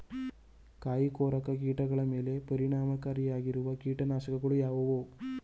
ಕಾಯಿಕೊರಕ ಕೀಟಗಳ ಮೇಲೆ ಪರಿಣಾಮಕಾರಿಯಾಗಿರುವ ಕೀಟನಾಶಗಳು ಯಾವುವು?